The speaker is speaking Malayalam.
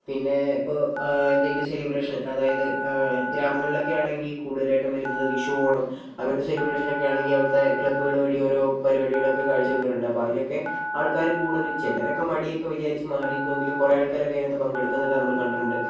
പിന്നേ ഇപ്പോൾ എന്തെങ്കിലും സെലിബ്രേഷൻ അതായത് ഗ്രാമങ്ങളിലൊക്കെയാണെങ്കിൽ കൂടുതലായിട്ടും വരുന്നത് വിഷു ഓണം അങ്ങനത്തെ സെലിബ്രേഷൻ ഒക്കെയാണെങ്കിൽ അവിടത്തേ ക്ലബ്ബുകൾ വഴി ഓരോ പരിപാടികളൊക്കേ കാഴ്ച്ചവെക്കാറുണ്ട് അപ്പോൾ അതിനൊക്കേ ആൾക്കാർ കൂടുതൽ ചിലരൊക്കേ മടിയൊക്കേ വിചാരിച്ച് മാറി നിൽക്കുമെങ്കിലും കുറേ ആൾക്കാരൊക്കേ അതിനകത്ത് പങ്കെടുക്കുന്നതൊക്കേ നമ്മൾ കണ്ടിട്ടുണ്ട്